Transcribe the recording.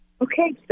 Okay